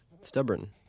Stubborn